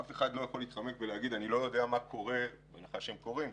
אף אחד לא יכול להתחמק ולהגיד: אני לא יודע מה קורה בהנחה שהם קוראים,